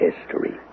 history